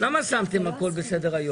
מה שאני אומר זה מאוד מאוד ענייני.